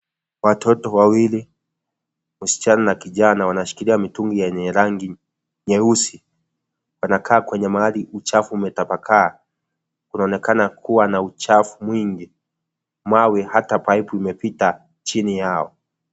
Watoto wawili msichana na kijana wanashikilia mitungi yenye rangi nyeusi, wanakaa kwenye mahali uchafu umetapakaa, kunaonekana kuwa na uchafu mwingi mawe hata paipu imepita chini yao.